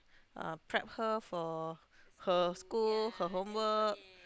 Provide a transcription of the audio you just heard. uh prep her for her school her homework